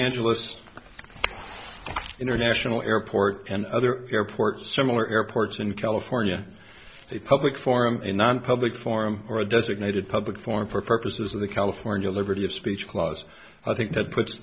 angeles international airport and other airports similar airports in california a public forum public forum or a designated public forum for purposes of the california liberty of speech clause i think that puts